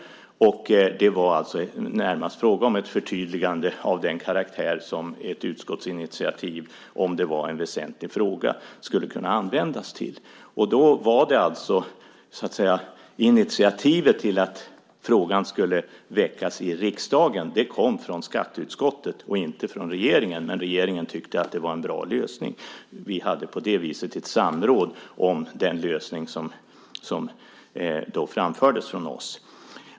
Det var alltså närmast fråga om ett förtydligande av den karaktär som ett utskottsinitiativ skulle kunna användas till om det gällde en väsentlig fråga. Initiativet till att frågan skulle väckas i riksdagen kom så att säga från skatteutskottet och inte från regeringen. Men regeringen tyckte att det var en bra lösning. Vi hade på det viset ett samråd om den lösning som framfördes från oss.